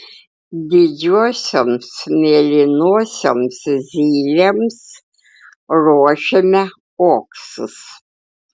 didžiosioms mėlynosioms zylėms ruošiame uoksus